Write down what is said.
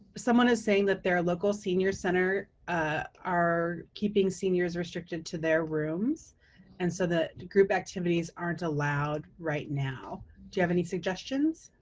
someone is saying that their local senior center are keeping seniors restricted to their rooms and so that group activities aren't allowed right now. do you have any suggestions?